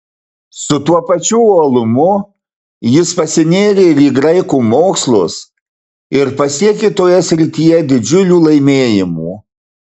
su tuo pačiu uolumu jis pasinėrė ir į graikų mokslus ir pasiekė toje srityje didžiulių laimėjimų